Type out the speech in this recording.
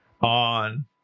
on